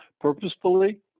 purposefully